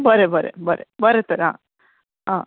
बरें बरें बरें बरें तर आं